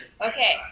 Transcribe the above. Okay